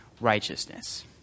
righteousness